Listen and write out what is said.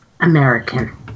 American